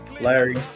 larry